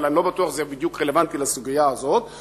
אבל אני לא בטוח שזה בדיוק רלוונטי לסוגיה הזאת,